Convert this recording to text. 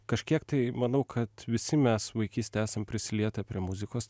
kažkiek tai manau kad visi mes vaikystėj esam prisilietę prie muzikos